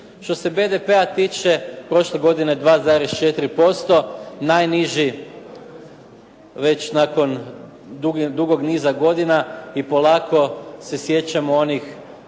Što se BDP-a tiče prošle godine 2,4% najniži već nakon dugog niza godina i polako se sjećamo onih